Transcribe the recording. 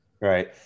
Right